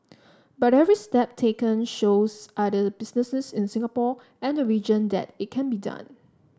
but every step taken shows other businesses in Singapore and the region that it can be done